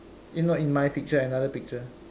in no in my picture another picture